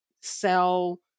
sell